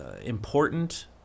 important